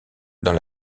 dans